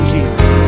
Jesus